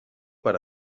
per